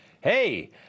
Hey